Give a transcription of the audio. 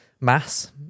mass